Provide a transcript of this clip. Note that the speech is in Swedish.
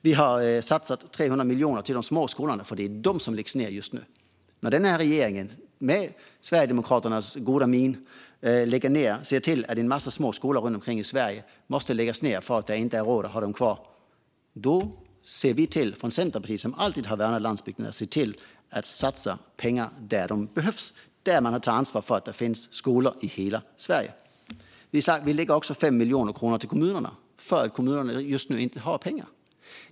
Vi har satsat 300 miljoner på de små skolorna, för det är de som läggs ned just nu. När regeringen med Sverigedemokraternas goda minne ser till att en massa små skolor runt om i Sverige måste läggas ned för att kommunerna inte har råd att ha dem kvar ser vi från Centerpartiet, som alltid har värnat landsbygden, till att satsa pengar där de behövs och tar därmed ansvar för att det ska finnas skolor i hela Sverige. Vi lägger också 5 miljoner kronor till kommunerna för att dessa just nu inte har pengar.